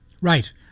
Right